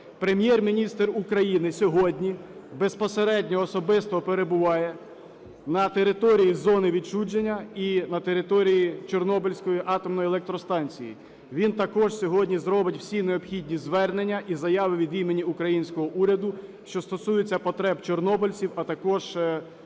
Прем'єр-міністр України сьогодні безпосередньо особисто перебуває на території зони відчуження і на території Чорнобильської атомної електростанції. Він також сьогодні зробить всі необхідні звернення і заяви від імені українського уряду, що стосується потреб чорнобильців, а також пам'яті